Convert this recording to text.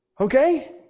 Okay